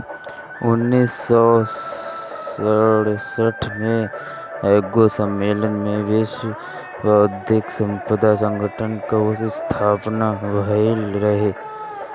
उन्नीस सौ सड़सठ में एगो सम्मलेन में विश्व बौद्धिक संपदा संगठन कअ स्थापना भइल रहे